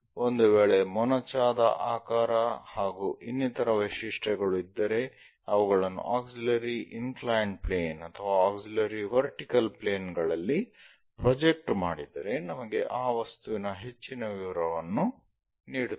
ಒಂದು ವೇಳೆ ಮೊನಚಾದ ಆಕಾರ ಹಾಗೂ ಇನ್ನಿತರ ವೈಶಿಷ್ಟ್ಯಗಳು ಇದ್ದರೆ ಅವುಗಳನ್ನು ಆಕ್ಸಿಲರಿ ಇನ್ಕ್ಲೈನ್ಡ್ ಪ್ಲೇನ್ ಅಥವಾ ಆಕ್ಸಿಲರಿ ವರ್ಟಿಕಲ್ ಪ್ಲೇನ್ ಗಳಲ್ಲಿ ಪ್ರೊಜೆಕ್ಟ್ ಮಾಡಿದರೆ ನಮಗೆ ಆ ವಸ್ತುವಿನ ಹೆಚ್ಚಿನ ವಿವರವನ್ನು ನೀಡುತ್ತವೆ